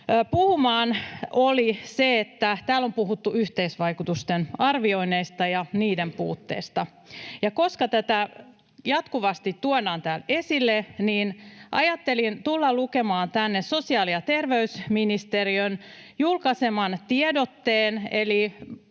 puhumaan, oli se, että täällä on puhuttu yhteisvaikutusten arvioinneista ja niiden puutteesta. Ja koska tätä jatkuvasti tuodaan täällä esille, niin ajattelin tulla lukemaan tänne sosiaali- ja terveysministeriön julkaiseman tiedotteen.